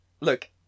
look